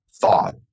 thought